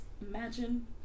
Imagine